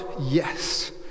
Yes